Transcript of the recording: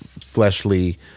fleshly